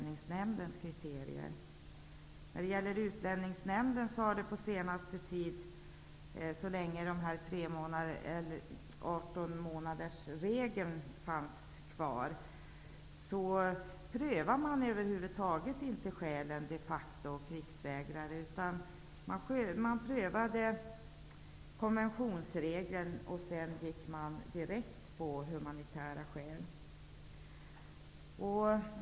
När det gäller Utlänningsnämnden prövade man över huvud taget inte skälen de facto och krigsvägrare så länge 18-månadersregeln fanns kvar, utan man prövade konventionsregeln och gick sedan direkt på humanitära skäl.